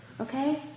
Okay